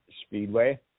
Speedway